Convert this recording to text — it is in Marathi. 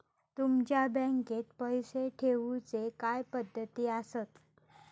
तुमच्या बँकेत पैसे ठेऊचे काय पद्धती आसत?